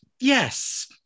Yes